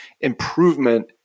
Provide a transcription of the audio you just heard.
improvement